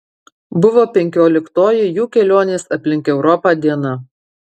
buvo penkioliktoji jų kelionės aplink europą diena